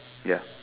ya